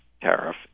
tariff